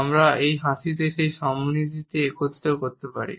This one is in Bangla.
আমরা এই হাসিতে সেই সম্মতিটি একত্রিত করতে পারি